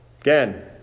Again